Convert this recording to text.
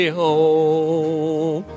home